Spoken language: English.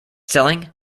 selling